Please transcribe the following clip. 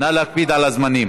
נא להקפיד על הזמנים.